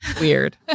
Weird